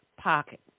pocket